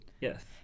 Yes